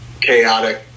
chaotic